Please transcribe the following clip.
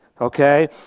okay